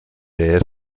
ears